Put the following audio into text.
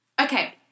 Okay